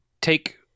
take